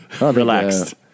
Relaxed